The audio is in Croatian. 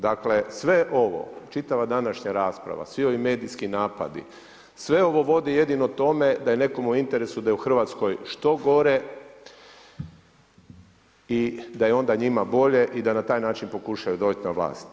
Dakle, sve ovo, čitava današnja rasprava, svi ovi medijski napadi, sve ovo vodi jedino tome, da je nekome u interesu, da je u Hrvatskoj što gore i da je onda njima bolje i da na taj način pokušaju doći na vlast.